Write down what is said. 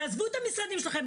תעזבו את המשרדים שלכם,